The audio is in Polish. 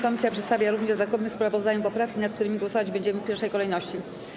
Komisja przedstawia również w dodatkowym sprawozdaniu poprawki, nad którymi głosować będziemy w pierwszej kolejności.